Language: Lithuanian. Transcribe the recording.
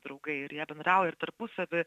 draugai ir jie bendrauja ir tarpusavy